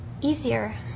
easier